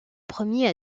premiers